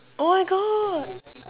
oh my god